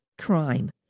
crime